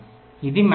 ఇది మ్యాచింగ్